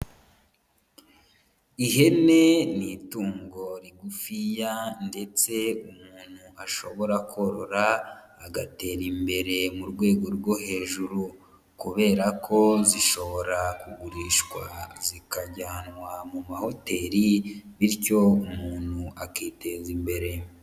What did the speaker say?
Ihene ni itungo rigufiya ndetse umuntu ashobora korora agatera imbere mu rwego rwo hejuru kubera ko zishobora kugurishwa zikajyanwa mu mahoteli bityo umuntu akiteza imbere.